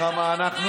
יש לי עוד כמה דקות.